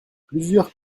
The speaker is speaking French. plusieurs